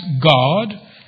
God